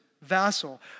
vassal